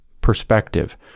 perspective